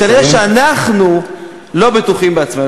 אז כנראה אנחנו לא בטוחים בעצמנו.